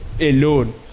alone